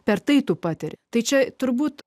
per tai tu patiri tai čia turbūt